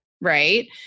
right